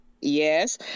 Yes